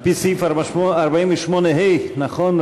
על-פי סעיף 48(ה) נכון?